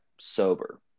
sober